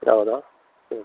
ಹೌದಾ ಹ್ಞೂ